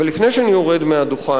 אבל לפני שאני יורד מהדוכן,